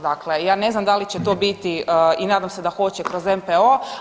Dakle, ja ne znam da li će to biti i nadam se da hoće kroz MPO.